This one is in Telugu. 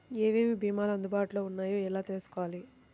ఏమేమి భీమాలు అందుబాటులో వున్నాయో ఎలా తెలుసుకోవాలి?